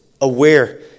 aware